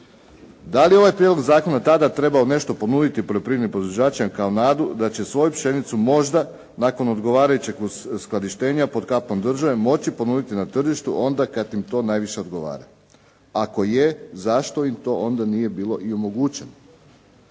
Da li je ovaj prijedlog zakona tada trebao nešto ponuditi poljoprivrednim proizvođačima kao nadu da će svoju pšenicu možda nakon odgovarajućeg uskladištenja pod kapom države moći ponuditi na tržištu onda kada im to najviše odgovara. Ako je zašto im to i nije bilo i omogućeno?